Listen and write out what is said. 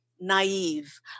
naive